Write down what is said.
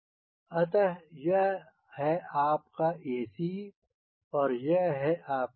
अतः यह है आपका AC और यह है आपका CG